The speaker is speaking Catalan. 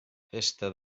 festa